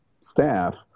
staff